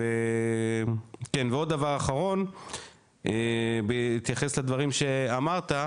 ועוד דבר אחרון בהתייחס לדברים שאמרת,